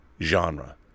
genre